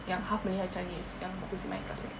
yang half malay half chinese yang whose in my classmate